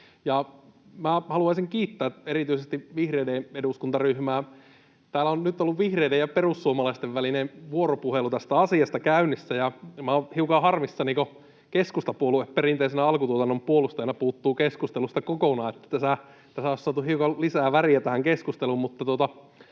Haluaisin kiittää erityisesti myös vihreiden eduskuntaryhmää. Täällä on nyt ollut vihreiden ja perussuomalaisten välinen vuoropuhelu tästä asiasta käynnissä, ja olen hiukan harmissani, kun keskustapuolue perinteisenä alkutuotannon puolustajana puuttuu keskustelusta kokonaan. Olisi voitu saada hiukan lisää väriä tähän keskusteluun.